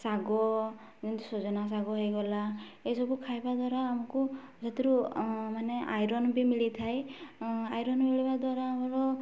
ଶାଗ ସଜନା ଶାଗ ହେଇଗଲା ଏଇସବୁ ଖାଇବା ଦ୍ୱାରା ଆମକୁ ସେଥିରୁ ମାନେ ଆଇରନ୍ ବି ମିଳିଥାଏ ଆଇରନ୍ ମିଳିବା ଦ୍ୱାରା ଆମର